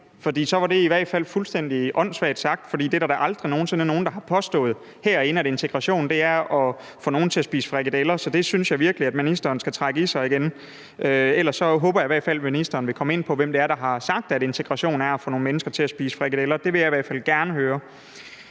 var det i hvert fald fuldstændig åndssvagt sagt, for det er der da aldrig nogen sinde nogen, der har påstået herinde, altså at integration er at få nogen til at spise frikadeller. Så det synes jeg virkelig at ministeren skal trække i sig igen. Ellers håber jeg i hvert fald, at ministeren vil komme ind på, hvem det er, der har sagt, at integrationen er at få nogle mennesker til at spise frikadeller. Det vil jeg i hvert fald gerne høre.